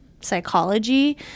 psychology